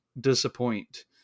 disappoint